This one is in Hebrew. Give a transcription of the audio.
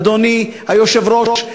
אדוני היושב-ראש,